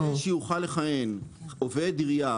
כדי שיוכל לכהן עובד עירייה,